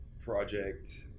project